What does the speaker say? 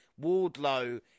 Wardlow